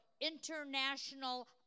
international